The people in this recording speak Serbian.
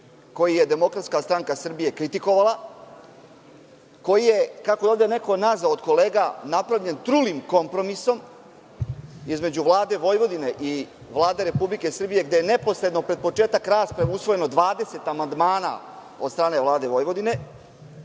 koji je DSS kritikovala, koji je, kako je ovde neko nazvao od kolega, napravljen trulim kompromisom između Vlade Vojvodine i Vlade Republike Srbije, gde je neposredno pred početak rasprave usvojeno 20 amandman od strane Vlade Vojvodine,